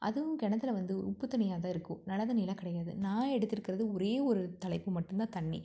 அதுவும் கிணத்துல வந்து உப்புத் தண்ணியாக தான் இருக்கும் நல்ல தண்ணி எல்லாம் கிடையாது நான் எடுத்திருக்கிறது ஒரே ஒரு தலைப்பு மட்டுந்தான் தண்ணி